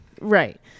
Right